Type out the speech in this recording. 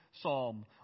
psalm